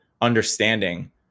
understanding